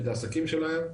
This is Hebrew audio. את העסקים שלהם.